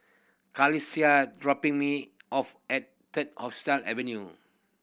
dropping me off at Third Avenue